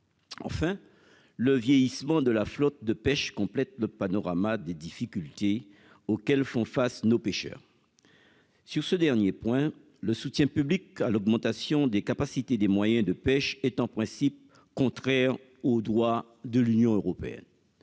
Enfin, le vieillissement de la flotte de pêche complète le panorama des difficultés auxquelles font face nos pêcheurs sur ce dernier point le soutien public à l'augmentation des capacités des moyens de pêche est en principe contraire au droit de l'Union européenne,